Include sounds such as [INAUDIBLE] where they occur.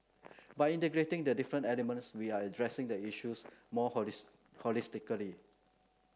by integrating the different elements we are addressing the issues more [UNINTELLIGIBLE] holistically